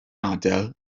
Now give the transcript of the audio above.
adael